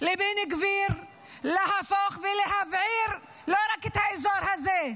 לבן גביר להפוך ולהבעיר לא רק את האזור הזה,